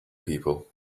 people